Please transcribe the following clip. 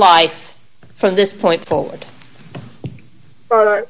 life from this point